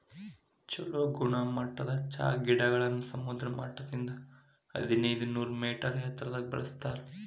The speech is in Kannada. ಚೊಲೋ ಗುಣಮಟ್ಟದ ಚಹಾ ಗಿಡಗಳನ್ನ ಸಮುದ್ರ ಮಟ್ಟದಿಂದ ಹದಿನೈದನೂರ ಮೇಟರ್ ಎತ್ತರದಾಗ ಬೆಳೆಸ್ತಾರ